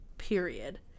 period